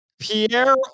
pierre